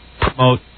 promote